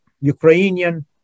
Ukrainian